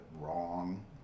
wrong